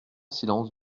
silence